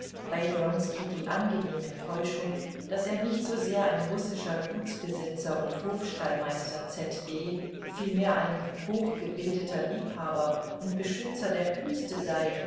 bei wronski die angenehme täuschung daß er nicht so sehr ein russischer gutsbesitzer und hofstallmeister z d vielmehr ein hochgebildeter liebhaber und beschützer der künste sei